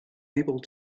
able